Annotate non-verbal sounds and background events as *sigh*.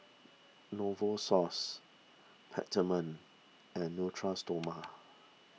*noise* Novosource Peptamen and *unintelligible* Stoma